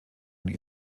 und